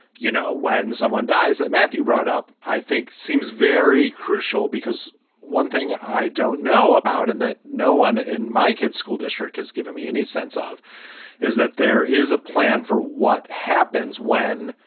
you know, when someone dies that matthew brought up, i think seems very crucial, because one thing i don't know about and that no one in my kids' school district is giving me any sense of is that there is a plan for what happens when,